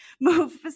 move